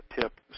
tip